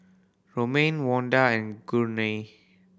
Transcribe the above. Romaine Vonda and Gurney